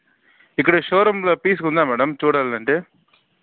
ఇక్కడ షో రూమ్లో పీస్ ఉందా మేడం చూడాలంటే